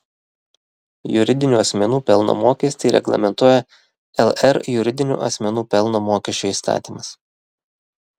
juridinių asmenų pelno mokestį reglamentuoja lr juridinių asmenų pelno mokesčio įstatymas